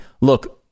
look